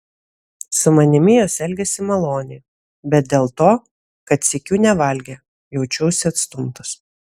su manimi jos elgėsi maloniai bet dėl to kad sykiu nevalgė jaučiausi atstumtas